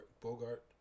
Bogart